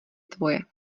tvoje